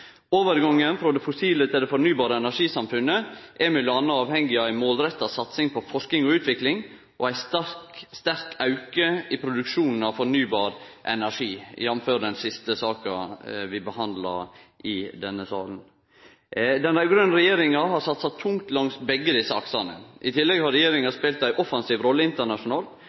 Overgangen frå det fossile til det fornybare energisamfunnet er m.a. avhengig av ei målretta satsing på forsking og utvikling og ein sterk auke i produksjonen av fornybar energi, jf. den siste saka vi behandla i denne salen. Den raud-grøne regjeringa har satsa tungt langs begge desse aksane. I tillegg har regjeringa spelt ei offensiv rolle